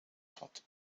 todd